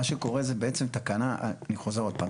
מה שקורה זה בעצם תקנה, אני חוזר עוד פעם.